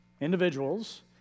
individuals